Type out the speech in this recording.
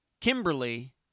Kimberly